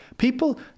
People